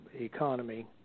economy